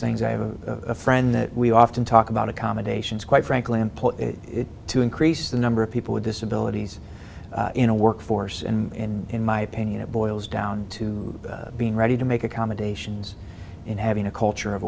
things i have a friend that we often talk about accommodations quite frankly employ it to increase the number of people with disabilities in a workforce and in my opinion it boils down to being ready to make accommodations in having a culture of